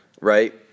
right